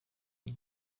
iyi